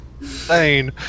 insane